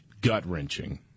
gut-wrenching